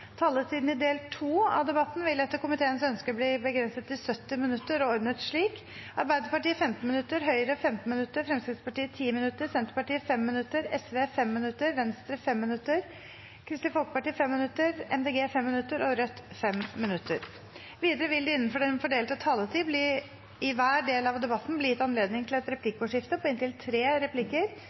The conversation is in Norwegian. Taletiden i del 2 av debatten vil etter komiteens ønske bli begrenset til 70 minutter og ordnet slik: Arbeiderpartiet 15 minutter, Høyre 15 minutter, Fremskrittspartiet 10 minutter, Senterpartiet 5 minutter, Sosialistisk Venstreparti 5 minutter, Venstre 5 minutter, Kristelig Folkeparti 5 minutter, Miljøpartiet De Grønne 5 minutter og Rødt 5 minutter. Videre vil det – innenfor den fordelte taletid i hver del av debatten – bli gitt anledning til et replikkordskifte på inntil tre replikker